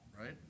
right